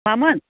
मामोन